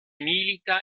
milita